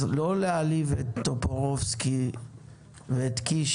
אז לא להעליב את טופורובסקי ואת קיש,